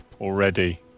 already